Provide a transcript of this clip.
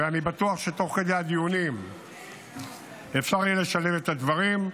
ואני בטוח שתוך כדי הדיונים אפשר יהיה לשלב את הדברים.